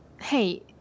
Hey